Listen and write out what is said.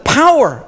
power